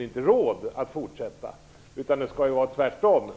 inte har råd att fortsätta. Det skall vara tvärtom.